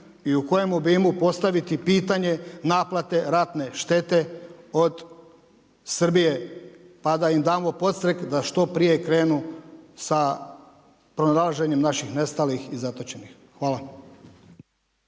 i u kojem obimu postaviti pitanje naplate ratne štete od Srbije pa da im damo podstreh da što prije krenu sa pronalaženjem našim nestalih i zatočenih? Hvala.